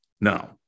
Now